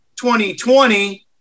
2020